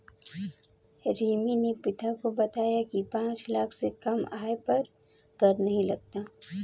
रिमी ने पिता को बताया की पांच लाख से कम आय पर कर नहीं लगता